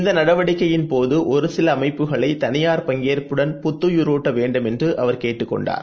இந்தநடவடிக்கையின் போதுஒருசிலஅமைப்புகளைதளியார் பங்கேற்புடன் புத்துயிருட்டவேண்டும் என்றுஅவர் கேட்டுக் கொண்டார்